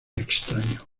extraño